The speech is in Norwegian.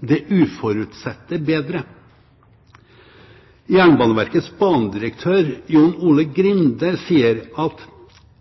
det uforutsette bedre.» Jernbaneverkets banedirektør, John Ole Grinde, sier: